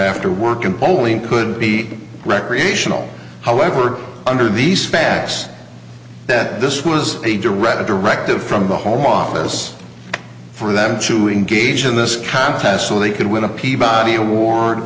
after work and polling could be recreational however under these facts that this was a direct directive from the home office for them to engage in this contest so they could win a peabody award